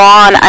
on